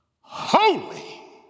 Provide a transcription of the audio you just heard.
holy